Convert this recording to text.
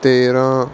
ਤੇਰ੍ਹਾਂ